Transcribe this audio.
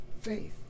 faith